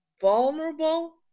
vulnerable